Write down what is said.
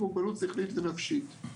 מוגבלות שכלית ונפשית.